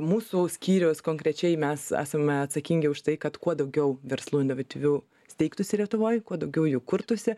mūsų skyriaus konkrečiai mes esame atsakingi už tai kad kuo daugiau verslų inovatyvių steigtųsi lietuvoj kuo daugiau jų kurtųsi